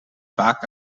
vaak